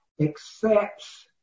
accepts